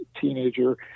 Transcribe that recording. teenager